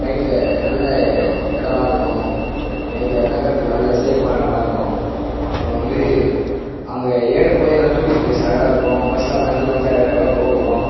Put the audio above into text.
நைட்டில் நல்ல இடம்லாம் இருக்கும் நைட்டில் தங்கிறத்துக்கு நல்ல சேஃபான இடமா இருக்கும் அப்புறம் வந்து அங்கே ஏறும் போது நல்ல டூரிஸ்ட் ப்ளேஸ் அழகாக இருக்கும் பஸ்லாம் வளைஞ்சி வளைஞ்சி அழகழகாக போகும்